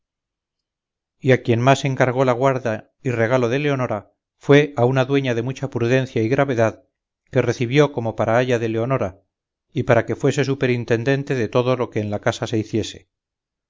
a quien más encargó la guarda y regalo de leonora fue a una dueña de mucha prudencia y gravedad que recibió como para aya de leonora y para que fuese superintendente de todo lo que en la casa se hiciese